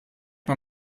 mir